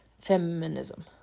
feminism